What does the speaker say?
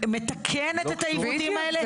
מתקנת את העיוותים האלה?